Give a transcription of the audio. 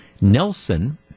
Nelson